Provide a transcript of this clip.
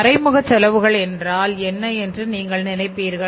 மறைமுக செலவுகள் என்றால் என்ன என்று நீங்கள் நினைப்பீர்கள்